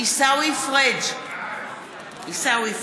עיסאווי פריג' בעד